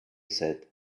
said